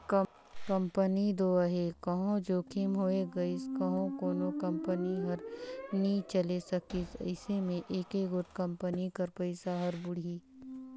company दो हे कहों जोखिम होए गइस कहों कोनो कंपनी हर नी चले सकिस अइसे में एके गोट कंपनी कर पइसा हर बुड़ही